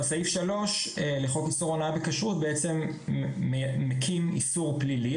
סעיף 3 לחוק איסור הונאה בכשרות בעצם מקים איסור פלילי,